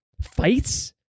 fights